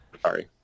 sorry